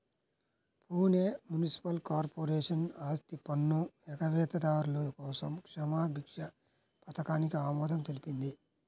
Pune municipal corporation ఆస్తిపన్ను ఎగవేతదారుల కోసం క్షమాభిక్ష పథకానికి ఆమోదం తెలిపింది